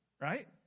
right